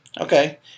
Okay